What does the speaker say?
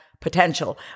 potential